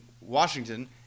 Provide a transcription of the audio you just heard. Washington